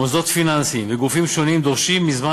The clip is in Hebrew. מוסדות פיננסיים וגופים שונים דורשים מזמן